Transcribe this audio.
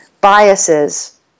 biases